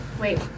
Wait